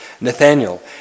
Nathaniel